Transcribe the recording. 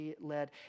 led